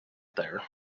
there